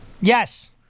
Yes